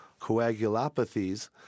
coagulopathies